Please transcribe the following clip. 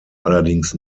allerdings